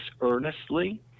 earnestly